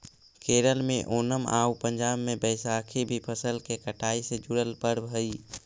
केरल में ओनम आउ पंजाब में बैसाखी भी फसल के कटाई से जुड़ल पर्व हइ